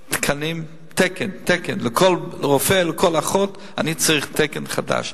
תקנים, תקן לכל רופא, לכל אחות אני צריך תקן חדש.